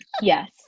yes